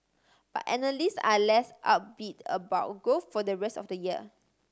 but analysts are less upbeat about growth for the rest of the year